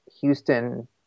houston